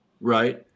right